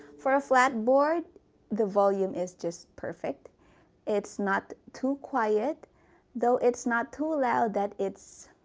for a flat board the volume is just perfect it's not too quiet though it's not too loud that it's